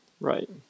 Right